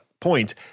point